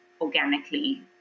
organically